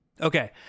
Okay